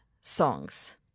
songs